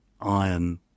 iron